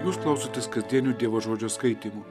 jūs klausotės kasdienių dievo žodžio skaitymų